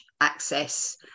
access